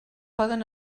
poden